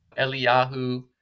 Eliyahu